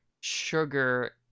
sugar